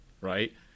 Right